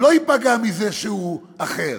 לא ייפגע מזה שהוא אחר.